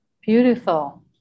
Beautiful